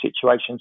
situations